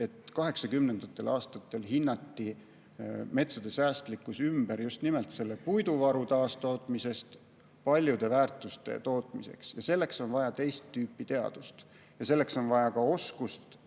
aastatel hinnati metsade säästlikkus ümber just nimelt selle puiduvaru taastootmisest paljude väärtuste tootmiseks. Selleks on vaja teist tüüpi teadust ja selleks on vaja ka oskust